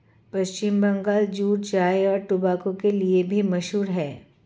पश्चिम Bengal jute चाय और tobacco के लिए भी मशहूर है